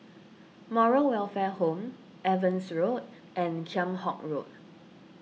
Moral Welfare Home Evans Road and Kheam Hock Road